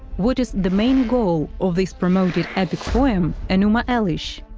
what is the main goal of this promoted epic poem enu-ma elish?